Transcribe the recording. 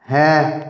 হ্যাঁ